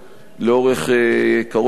לאורך קרוב לשלוש שנים,